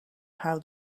how